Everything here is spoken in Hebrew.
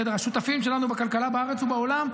השותפים שלנו בכלכלה בארץ ובעולם: